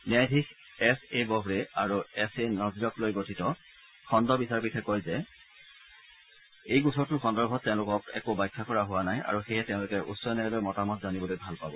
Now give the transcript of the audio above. ন্যায়াধীশ S A Bobde আৰু S A নাজিৰক লৈ গঠিত কণ্ড বিচাৰপীঠে কয় যে এই গোচৰটোৰ সন্দৰ্ভত তেওঁলোকক একো ব্যাখ্যা কৰা হোৱা নাই আৰু সেয়ে তেওঁলোকে উচ্চ ন্যায়ালয়ৰ মতামত জানিবলৈ ভাল পাব